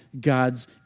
God's